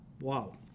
Wow